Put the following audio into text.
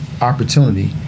opportunity